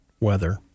weather